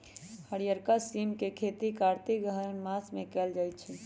हरियरका सिम के खेती कार्तिक अगहन मास में कएल जाइ छइ